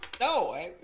no